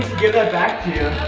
get that back to you.